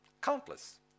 Countless